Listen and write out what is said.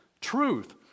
truth